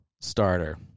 starter